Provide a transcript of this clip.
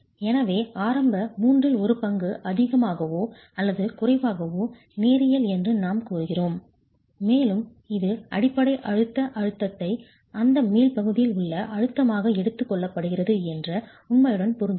எனவே ஆரம்ப மூன்றில் ஒரு பங்கு அதிகமாகவோ அல்லது குறைவாகவோ நேரியல் என்று நாம் கூறுகிறோம் மேலும் இது அடிப்படை அழுத்த அழுத்தத்தை அந்த மீள் பகுதியில் உள்ள அழுத்தமாக எடுத்துக் கொள்ளப்படுகிறது என்ற உண்மையுடன் பொருந்துகிறது